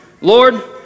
Lord